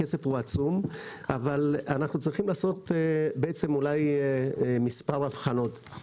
הכסף הוא עצום, אבל צריך לעשות מספר הבחנות.